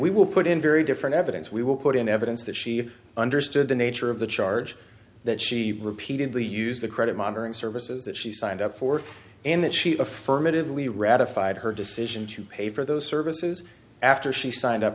we will put in very different evidence we will put in evidence that she understood the nature of the charge that she repeatedly used the credit monitoring services that she signed up for and that she affirmatively ratified decision to pay for those services after she signed up